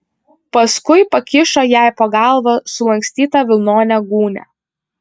paskui pakišo jai po galva sulankstytą vilnonę gūnią